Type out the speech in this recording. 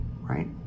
right